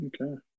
Okay